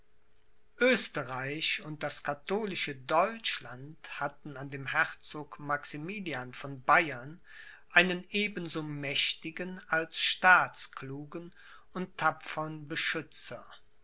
oesterreich und das katholische deutschland hatten an dem herzog maximilian von bayern einen ebenso mächtigen als staatsklugen und tapfern beschützer